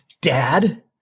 Dad